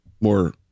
more